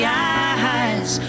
eyes